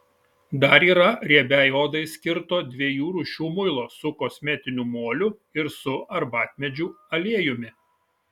dar yra riebiai odai skirto dviejų rūšių muilo su kosmetiniu moliu ir su arbatmedžių aliejumi